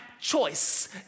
choice